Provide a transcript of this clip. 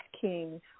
king